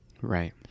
Right